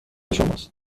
شماست